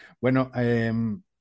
Bueno